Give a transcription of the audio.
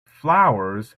flowers